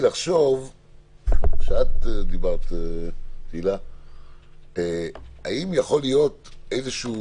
כשאת דיברת אני ניסיתי לחשוב האם יכול להיות איזשהו